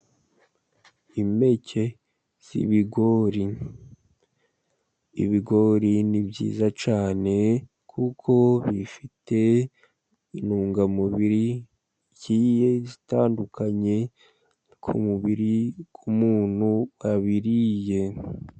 Impeke z'ibigori . Ibigori , ni byiza cyane . Kuko , bifite intungamubiri zigiye zitandukanye ku mubiri , w'umuntu wabiriye.